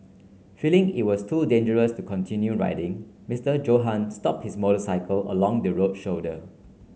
feeling it was too dangerous to continue riding Mister Johann stop his motorcycle along the road shoulder